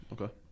Okay